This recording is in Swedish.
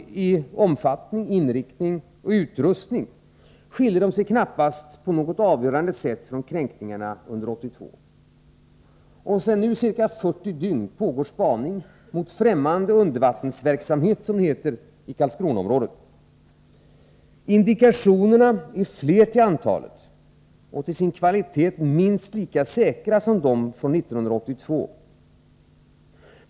I omfattning, inriktning och utrustning skiljde de sig knappast på något avgörande sätt från kränkningarna under 1982. Sedan 41 dygn pågår nu spaning mot ”främmande undervattensverksamhet” inom Karlskronaområdet. Indikationerna är fler till antalet och till sin kvalitet minst lika säkra som de från 1982.